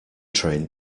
train